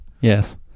yes